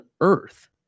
earth